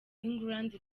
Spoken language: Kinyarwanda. england